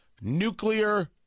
nuclear